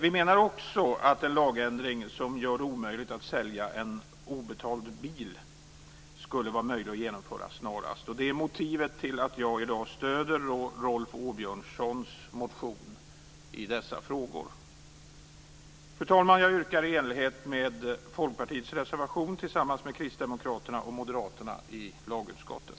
Vi menar också att en lagändring som gör det omöjligt att sälja en obetald bil skulle vara möjlig att genomföra snarast. Det är motivet till att jag i dag stöder Rolf Åbjörnssons motion i dessa frågor. Fru talman! Jag yrkar i enlighet med Folkpartiets reservation tillsammans med kristdemokraterna och moderaterna i lagutskottet.